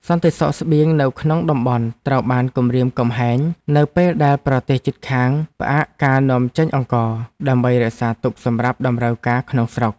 សន្តិសុខស្បៀងនៅក្នុងតំបន់ត្រូវបានគំរាមកំហែងនៅពេលដែលប្រទេសជិតខាងផ្អាកការនាំចេញអង្ករ ដើម្បីរក្សាទុកសម្រាប់តម្រូវការក្នុងស្រុក។